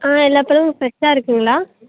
எல்லா பழமும் ஃப்ரெஷ்ஷாக இருக்குங்களா